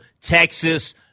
Texas